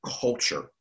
culture